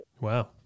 Wow